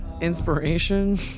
Inspiration